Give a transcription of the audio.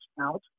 out